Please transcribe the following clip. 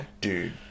dude